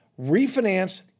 refinance